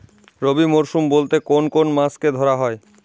রবি মরশুম বলতে কোন কোন মাসকে ধরা হয়?